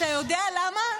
אתה יודע למה?